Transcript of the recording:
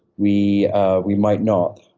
we ah we might not.